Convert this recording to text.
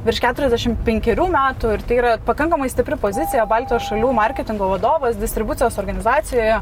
virš keturiasdešim penkerių metų ir tai yra pakankamai stipri pozicija baltijos šalių marketingo vadovas distribucijos organizacijoje